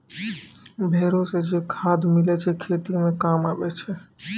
भेड़ो से जे खाद मिलै छै खेती मे काम आबै छै